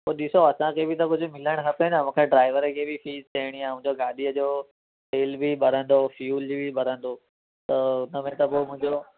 पोइ ॾिसो असांखे बि त कुझु मिलणु खपे न मूंखे ड्रायवर खे बि फ़ीस ॾिअणी आहे मूंखे गाॾीअ जो बिल बि भरंदो फ्युल बि भरंदो त हुन में त पोइ मुंहिंजो